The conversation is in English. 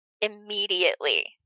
immediately